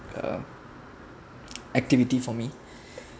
uh activity for me